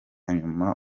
nyuma